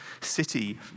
city